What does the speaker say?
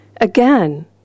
again